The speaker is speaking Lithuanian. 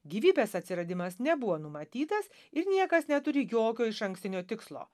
gyvybės atsiradimas nebuvo numatytas ir niekas neturi jokio išankstinio tikslo